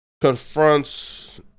confronts